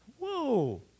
Whoa